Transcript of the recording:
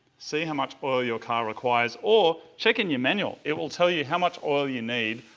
see how much oil your car requires or check in your manual. it will tell you how much oil you need,